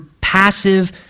passive